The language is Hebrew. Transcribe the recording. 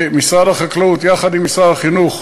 משרד החקלאות, יחד עם משרד החינוך,